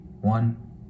one